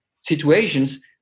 situations